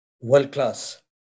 world-class